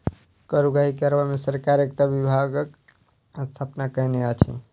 कर उगाही करबा मे सरकार एकटा विभागक स्थापना कएने अछि